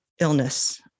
illness